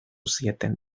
zieten